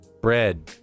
bread